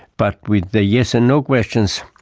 but with the yes and no questions,